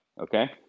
Okay